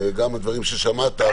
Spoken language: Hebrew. גם הדברים ששמעת,